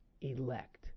elect